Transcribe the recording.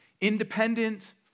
independent